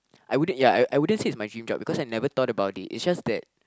I wouldn't ya I I wouldn't say is my dream job cause I never thought about is just that